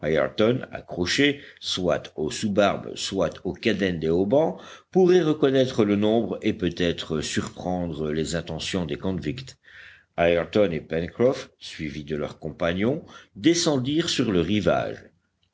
accroché soit aux sous barbes soit aux cadènes des haubans pourrait reconnaître le nombre et peut-être surprendre les intentions des convicts ayrton et pencroff suivis de leurs compagnons descendirent sur le rivage